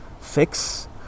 fix